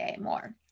more